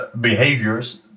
behaviors